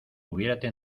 hubiérate